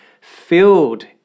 filled